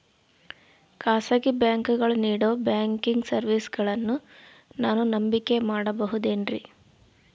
ಖಾಸಗಿ ಬ್ಯಾಂಕುಗಳು ನೇಡೋ ಬ್ಯಾಂಕಿಗ್ ಸರ್ವೇಸಗಳನ್ನು ನಾನು ನಂಬಿಕೆ ಮಾಡಬಹುದೇನ್ರಿ?